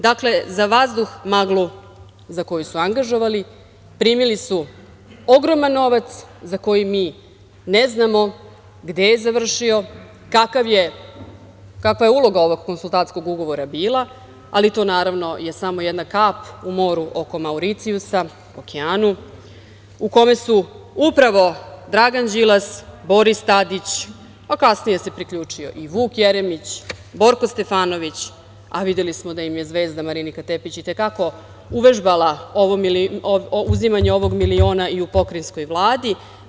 Dakle, za vazduh, maglu za koju su angažovali, primili su ogroman novac za koji mi ne znamo gde je završio, kakva je uloga ovog konsultantskog ugovora bila, ali to je, naravno, samo jedna kap u moru oko Mauricijusa, okeanu, u kome su upravo Dragan Đilas, Boris Tadić, a kasnije se priključio i Vuk Jeremić, Borko Stefanović, a videli smo da im je i zvezda Marinika Tepić itekako uvežbala uzimanje ovog miliona i u pokrajinskoj vladi.